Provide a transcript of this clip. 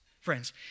friends